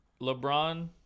LeBron